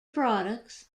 products